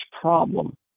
problem